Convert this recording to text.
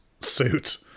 suit